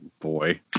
boy